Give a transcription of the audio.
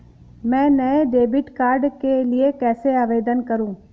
मैं नए debit card के लिए कैसे आवेदन करूं?